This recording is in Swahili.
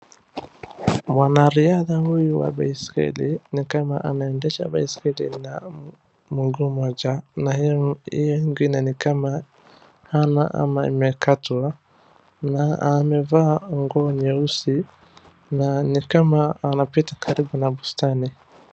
Mwanariadha huyu wa baiskeli, ni kama anaendesha baiskeli na mguu mmoja, na hiyo nyingine ni kama hana ama imekatwa, na amevaa nguo nyeusi, na ni kama anapita karibu na bustani.